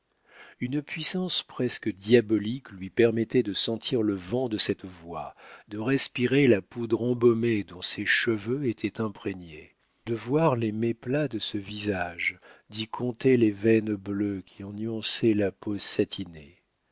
une puissance presque diabolique lui permettait de sentir le vent de cette voix de respirer la poudre embaumée dont ces cheveux étaient imprégnés de voir les méplats de ce visage d'y compter les veines bleues qui en nuançaient la peau satinée